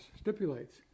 stipulates